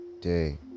day